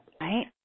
Right